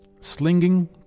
Slinging